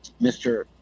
mr